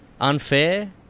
unfair